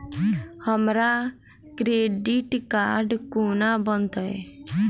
हमरा credit card कोना बनतै?